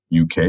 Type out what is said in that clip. UK